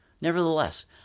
Nevertheless